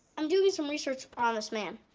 i'm doing some research on this man.